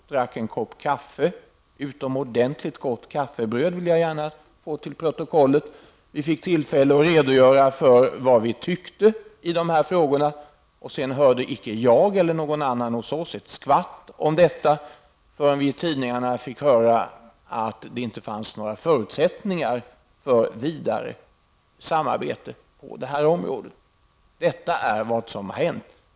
Vi drack en kopp kaffe och fick utomordentligt gott kaffebröd, det vill jag gärna få antecknat i protokollet. Vi fick tillfälle att redogöra för vad vi tyckte i de här frågorna, och sedan hörde icke jag eller någon annan hos oss ett skvatt om detta förrän vi i tidningarna fick läsa att det inte fanns några förutsättningar för vidare samarbete på det här området. Detta är vad som har hänt.